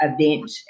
event